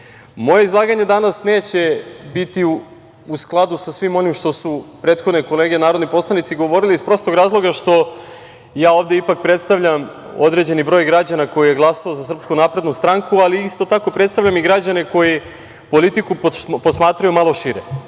izlaganje danas neće biti u skladu sa svim onim što su prethodne kolege narodni poslanici govorili iz prostog razloga što ovde ipak predstavljam određeni broj građana koje je glasao za Srpsku naprednu stranku, ali isto tako predstavljam i građane koji politiku posmatraju malo šire,